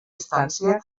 distància